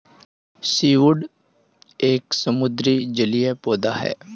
seaweed एक समुद्री जलीय पौधा है